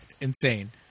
insane